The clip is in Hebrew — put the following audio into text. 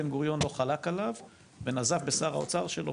בן גוריון לא חלק עליו ונזף בשר האוצר שלו,